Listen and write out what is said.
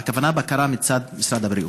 הכוונה, בקרה מצד משרד הבריאות.